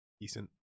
Decent